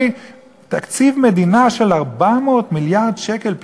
תקציב מדינה של 400 מיליארד שקל פלוס,